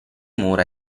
mura